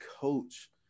coach